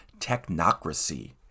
Technocracy